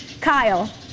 Kyle